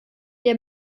der